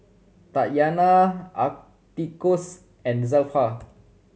Tatyanna Atticus and Zelpha